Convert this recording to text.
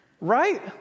Right